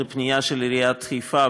זו פנייה של עיריית חיפה,